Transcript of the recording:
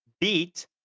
beat